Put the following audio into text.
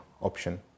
option